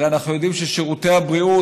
הרי אנחנו יודעים שבשירותי הבריאות,